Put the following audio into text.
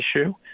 issue